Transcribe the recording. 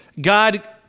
God